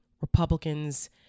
Republicans